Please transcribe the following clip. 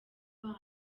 bana